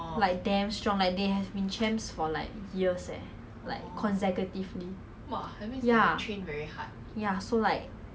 so technically it's from before N-level the step down period until year one orh I never exercise